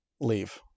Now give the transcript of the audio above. Leave